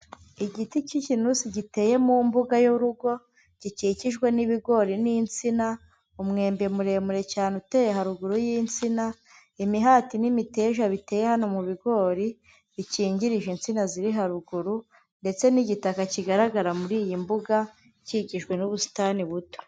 Igiti cy'ikinusi giteye mu mbuga y'urugo, gikikijwe n'ibigori n'insina, umwembe muremure cyane uteye haruguru y'insina, imihati n'imiteja biteye hano mu bigori bikingirije insina ziri haruguru ndetse n'igitaka kigaragara muri iyi mbuga, ikikijwe n'ubusitani buto.